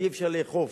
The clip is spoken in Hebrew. כי אי-אפשר לאכוף